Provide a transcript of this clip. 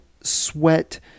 sweat